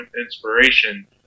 inspiration